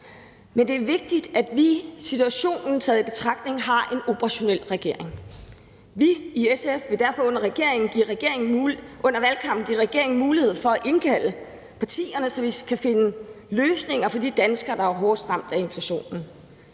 Men det er vigtigt, at vi – situationen taget i betragtning – har en operationel regering. Vi i SF vil derfor under valgkampen give regeringen mulighed for at indkalde partierne, så vi kan finde løsninger for de danskere, der er hårdest ramt af inflationen.